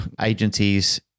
agencies